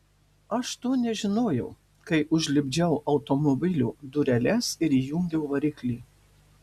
aš to nežinojau kai užlipdžiau automobilio dureles ir įjungiau variklį